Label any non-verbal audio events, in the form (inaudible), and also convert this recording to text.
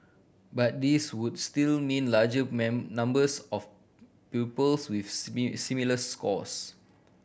but these would still mean larger (unintelligible) numbers of pupils with (unintelligible) similar scores